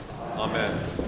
Amen